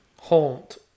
Haunt